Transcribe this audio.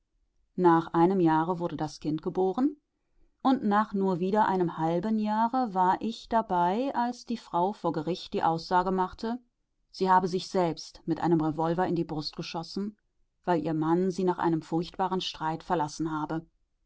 nach einem jahre wurde das kind geboren und nach nur wieder einem halben jahre war ich dabei als die frau vor gericht die aussage machte sie habe sich selbst mit einem revolver in die brust geschossen weil ihr mann sie nach einem furchtbaren streit verlassen habe